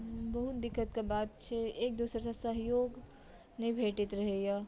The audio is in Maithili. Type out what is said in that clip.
बहुत दिक्कतके बात छै एक दोसरसँ सहयोग नहि भेटैत रहैए